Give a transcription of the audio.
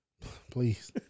Please